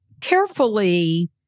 carefully